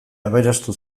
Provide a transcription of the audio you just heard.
aberastu